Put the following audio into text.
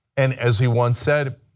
and as he once said,